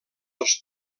els